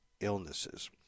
illnesses